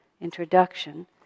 introduction